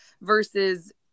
versus